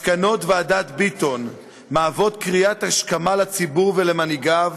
מסקנות ועדת ביטון מהוות קריאת השכמה לציבור ולמנהיגיו,